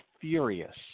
furious